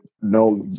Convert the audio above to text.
no